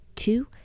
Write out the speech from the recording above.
Two